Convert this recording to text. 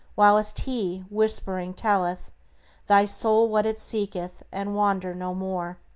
whilst he, whispering, telleth thy soul what it seeketh, and wander no more.